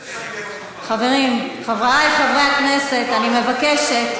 חברים, חברי חברי הכנסת, אני מבקשת,